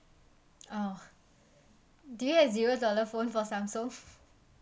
oh do you have zero dollar phone for samsung